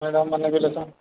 madam ମନ କିଲ ତ